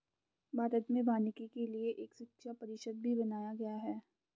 भारत में वानिकी के लिए एक शिक्षा परिषद भी बनाया गया है